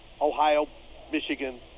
Ohio-Michigan